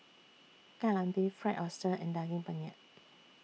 Kai Lan Beef Fried Oyster and Daging Penyet